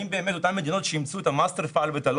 האם באמת אותן מדינות שאימצו את ה- master file ואת ה-